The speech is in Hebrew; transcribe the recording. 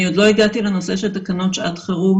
אני עוד לא הגעתי לנושא תקנות שעת חירום